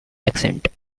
accent